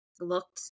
looked